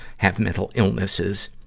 have mental illnesses,